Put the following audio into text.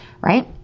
right